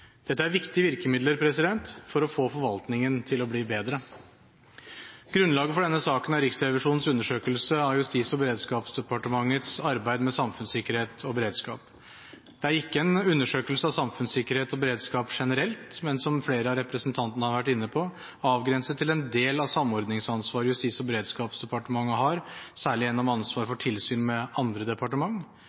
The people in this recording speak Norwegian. Dette er viktige virkemidler for å få forvaltningen til å bli bedre. Grunnlaget for denne saken er Riksrevisjonens undersøkelse av Justis- og beredskapsdepartementets arbeid med samfunnssikkerhet og beredskap. Det er ikke en undersøkelse av samfunnssikkerhet og beredskap generelt, men er, som flere av representantene har vært inne på, avgrenset til en del av samordningsansvaret Justis- og beredskapsdepartementet har, særlig gjennom ansvar for tilsyn med andre departement,